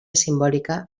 simbòlica